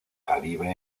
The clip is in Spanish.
caribe